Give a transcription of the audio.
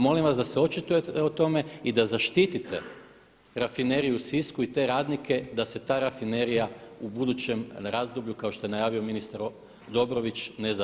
Molim vas da se očitujete o tome i da zaštitite rafineriju u Sisku i te radnike da se ta rafinerija u budućem razdoblju kao što je najavio ministar Dobrović ne zatvori.